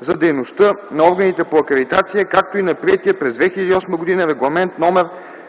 за дейността на органите по акредитация, както и на приетия през 2008 г. Регламент №